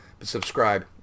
Subscribe